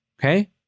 okay